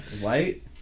White